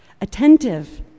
attentive